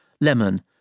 lemon